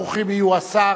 ברוכים יהיו השר,